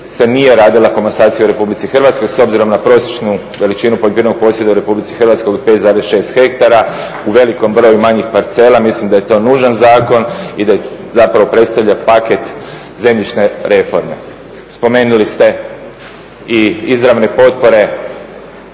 se nije radila komasacija u Republici Hrvatskoj s obzirom na prosječnu veličinu poljoprivrednog posjeda u Hrvatskoj od 5,6 ha. U velikom broju manjih parcela mislim da je to nužan zakon i da zapravo predstavlja paket zemljišne reforme. Spomenuli ste i izravne potpore